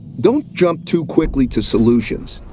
don't jump too quickly to solutions.